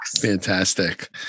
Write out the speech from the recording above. Fantastic